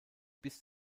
bis